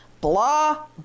Blah